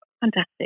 Fantastic